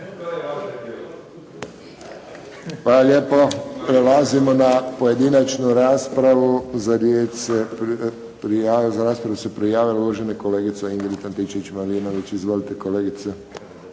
Hvala lijepo. Prelazimo na pojedinačnu raspravu. Za raspravu se prijavila uvažena kolegica Ingrid Antičević-Marinović. Izvolite kolegice.